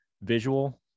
visual